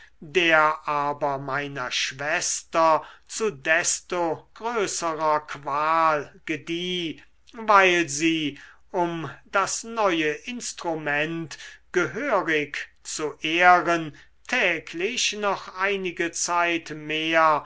der aber meiner schwester zu desto größerer qual gedieh weil sie um das neue instrument gehörig zu ehren täglich noch einige zeit mehr